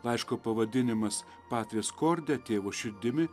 laiško pavadinimas patrias korde tėvo širdimi